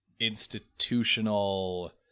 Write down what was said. institutional